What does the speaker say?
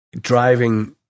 driving